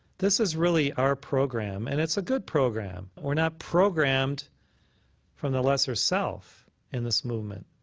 this is really our program, and it's a good program. we're not programmed from the lesser self in this movement.